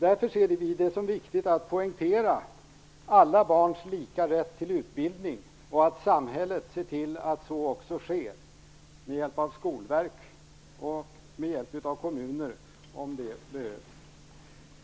Därför ser vi det som viktigt att poängtera dels alla barns lika rätt till utbildning, dels att samhället måste se till att denna tillgodoses - med hjälp av skolverk, och med hjälp av kommuner om det behövs.